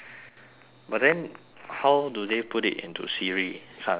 but then how do they put it into siri this kind of thing correct